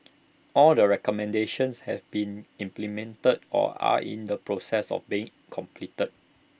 all the recommendations have been implemented or are in the process of being completed